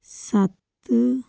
ਸੱਤ